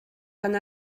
gan